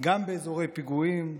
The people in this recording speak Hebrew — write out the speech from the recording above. גם באזורי פיגועים,